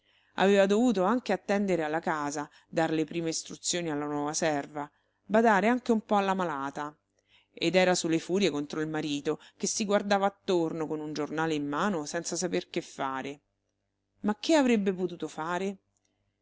aveva dovuto anche attendere alla casa dar le prime istruzioni alla nuova serva badare anche un po alla malata ed era su le furie contro il marito che si guardava attorno con un giornale in mano senza saper che fare ma che avrebbe potuto fare